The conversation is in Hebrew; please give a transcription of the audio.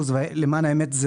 50% למען האמת,